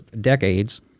decades –